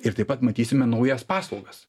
ir taip pat matysime naujas paslaugas